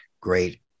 great